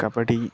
kabaddi